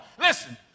Listen